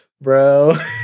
bro